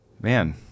Man